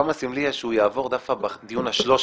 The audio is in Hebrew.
כמה סמלי יהיה שהוא יעבור דווקא בדיון ה-13.